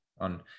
on